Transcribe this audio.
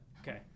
Okay